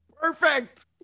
Perfect